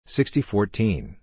Sixty-fourteen